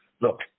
look